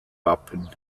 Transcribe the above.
wappen